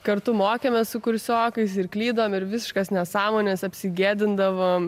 kartu mokėmės su kursiokais ir klydom ir visiškas nesąmones apsigėdindavom